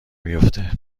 بیفته